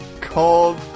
called